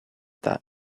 that